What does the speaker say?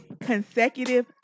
consecutive